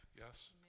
Yes